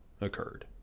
occurred